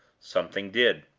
something did.